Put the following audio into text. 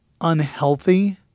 unhealthy